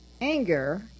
Anger